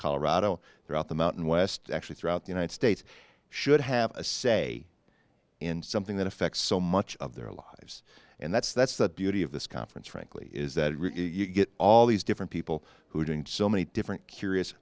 colorado throughout the mountain west actually throughout the united states should have a say in something that affects so much of their lives and that's that's the beauty of this conference frankly is that you get all these different people who are doing so many different curious